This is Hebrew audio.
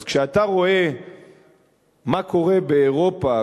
אז כשאתה רואה מה קורה באירופה,